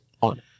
on